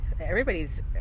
Everybody's